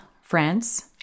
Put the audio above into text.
France